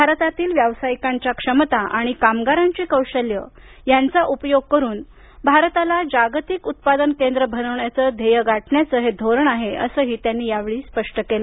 भारतातील व्यावसायिकांच्या क्षमता आणि कामगारांची कौशल्ये यांचा उपयोग करून भारताला जागतिक उत्पादन केंद्र बनविण्याचे ध्येय गाठण्याचे हे धोरण आहे असंही त्यांनी यावेळी स्पष्ट केलं